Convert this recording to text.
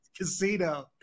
Casino